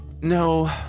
No